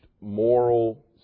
moral